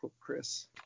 Chris